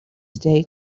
stay